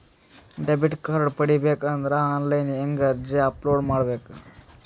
Debit card ಪಡಿಬೇಕು ಅಂದ್ರ online ಹೆಂಗ್ ಅರ್ಜಿ ಅಪಲೊಡ ಮಾಡಬೇಕು?